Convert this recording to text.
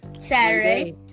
saturday